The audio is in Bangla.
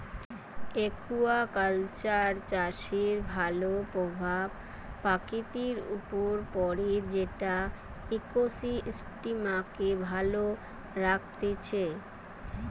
একুয়াকালচার চাষের ভাল প্রভাব প্রকৃতির উপর পড়ে যেটা ইকোসিস্টেমকে ভালো রাখতিছে